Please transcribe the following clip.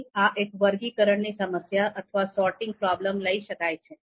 તેથી આ એક વર્ગીકરણ ની સમસ્યા અથવા સોર્ટિંગ પ્રોબ્લેમ લાયી શકાય છે